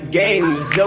games